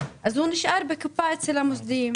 אז הוא נשאר בקופה אצל המוסדיים,